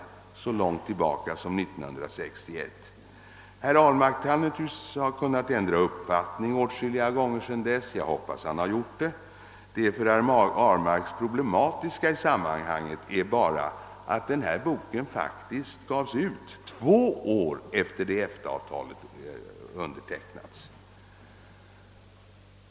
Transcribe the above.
Tidpunkten ligger så långt tillbaka som 1961, och herr Ahlmark har naturligtvis kunnat ändra uppfattning åtskilliga gånger sedan dess. Jag hoppas att han har gjort det. Det för herr Ahlmark problematiska i sammanhanget är bara att boken faktiskt utgavs två år efter det EFTA-avtalet undertecknats.